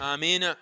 Amen